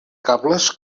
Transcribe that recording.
cables